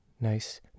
nice